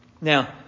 Now